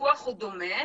הפיקוח הוא דומה.